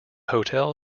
hotel